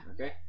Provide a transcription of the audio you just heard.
Okay